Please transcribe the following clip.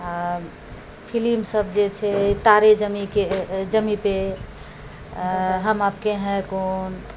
फिलिमसब जे छै तारे जमीं के जमीं पे हम आपके हैं कौन